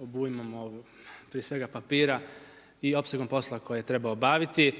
obujmom prije svega papira i opsegom posla koje treba obaviti.